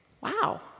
Wow